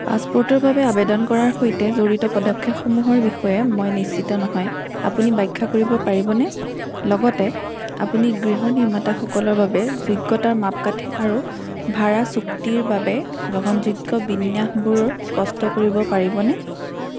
পাছপোৰ্টৰ বাবে আবেদন কৰাৰ সৈতে জড়িত পদক্ষেপসমূহৰ বিষয়ে মই নিশ্চিত নহয় আপুনি ব্যাখ্যা কৰিব পাৰিবনে লগতে আপুনি গৃহ নিৰ্মাতাসকলৰ বাবে যোগ্যতাৰ মাপকাঠি আৰু ভাড়া চুক্তিৰ বাবে গ্ৰহণযোগ্য বিন্যাসবোৰ স্পষ্ট কৰিব পাৰিবনে